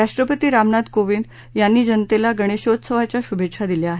राष्ट्रपती रामनाथ कोविंद यांनी जनतेला गणेशोत्सवाच्या श्भेच्छा दिल्या आहेत